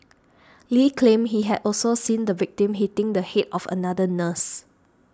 Lee claimed he had also seen the victim hitting the head of another nurse